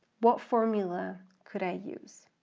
what formula could i use?